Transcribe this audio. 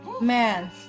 Man